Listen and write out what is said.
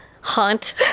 haunt